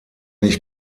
ich